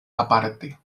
aparte